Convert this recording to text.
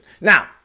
Now